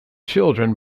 children